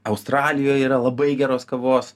australijoj yra labai geros kavos